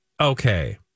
okay